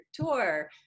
tour